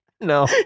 no